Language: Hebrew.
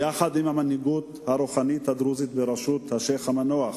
יחד עם המנהיגות הרוחנית הדרוזית בראשות השיח' המנוח,